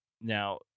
Now